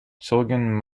zogen